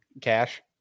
cash